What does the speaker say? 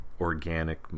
organic